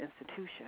institution